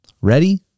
Ready